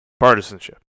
Partisanship